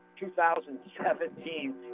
2017